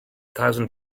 thousand